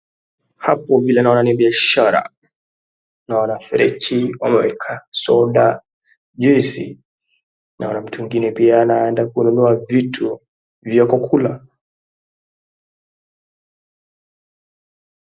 Hapo vile naona ni biashara na kwa friji wameweka soda juisi. Naona mtu mwingine pia anaenda kununua vitu vya kukula.